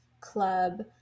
club